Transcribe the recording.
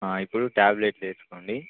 ఇప్పుడు ట్యాబ్లెట్లు వేసుకోండి